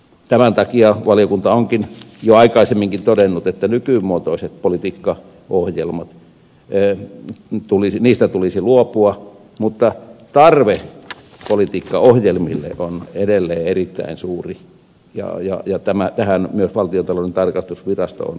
tämän takia valiokunta on jo aikaisemminkin todennut että nykymuotoisista politiikkaohjelmista tulisi luopua mutta tarve politiikkaohjelmille on edelleen erittäin suuri ja tähän myös valtiontalouden tarkastusvirasto on kiinnittänyt huomiota